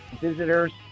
visitors